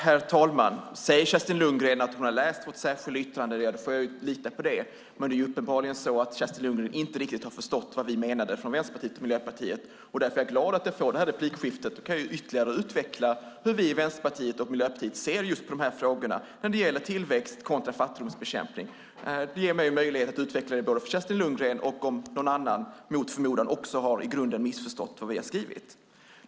Herr talman! Säger Kerstin Lundgren att hon har läst vårt särskilda yttrande får jag lita på det, men hon har uppenbarligen inte riktigt förstått vad Vänsterpartiet och Miljöpartiet menar. Därför är jag glad för det här replikskiftet, för då kan jag ytterligare utveckla hur vi i Vänsterpartiet och Miljöpartiet ser på frågorna om tillväxt kontra fattigdomsbekämpning. Det ger mig möjlighet att utveckla det både för Kerstin Lundgren och för andra som också, mot förmodan, i grunden har missförstått vad vi har skrivit.